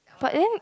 but then